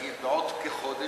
נגיד בעוד כחודש,